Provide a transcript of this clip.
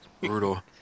Brutal